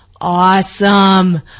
awesome